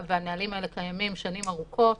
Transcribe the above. הנהלים האלה קיימים שנים ארוכות,